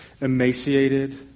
emaciated